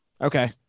Okay